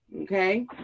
Okay